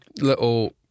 little